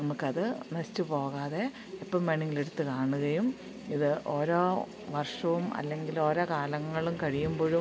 നമുക്കത് നശിച്ചു പോകാതെ എപ്പം വേണമെങ്കിലും എടുത്തു കാണുകയും ഇത് ഓരോ വർഷവും അല്ലെങ്കിലോരോ കാലങ്ങളും കഴിയുമ്പോഴും